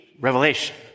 revelation